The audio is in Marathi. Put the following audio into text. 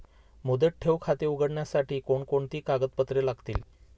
मुदत ठेव खाते उघडण्यासाठी कोणती कागदपत्रे लागतील?